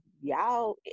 y'all